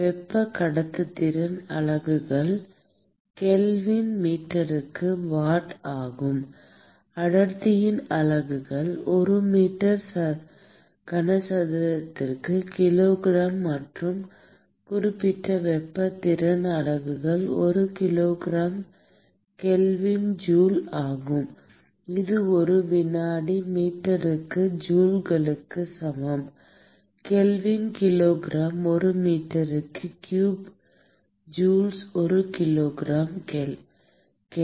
வெப்ப கடத்துத்திறன் அலகுகள் கெல்வின் மீட்டருக்கு வாட் ஆகும் அடர்த்தியின் அலகுகள் ஒரு மீட்டர் கனசதுரத்திற்கு கிலோகிராம் மற்றும் குறிப்பிட்ட வெப்ப திறன் அலகுகள் ஒரு கிலோகிராம் கெல்வின் ஜூல் ஆகும் இது ஒரு வினாடி மீட்டருக்கு ஜூல்களுக்கு சமம் கெல்வின் கிலோகிராம் ஒரு மீட்டருக்கு கியூப் ஜூல்ஸ் ஒரு கிலோகிராம் கெல்வின்